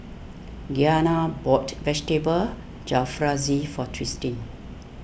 Gianna bought Vegetable Jalfrezi for Tristin